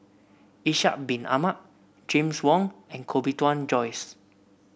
Ishak Bin Ahmad James Wong and Koh Bee Tuan Joyce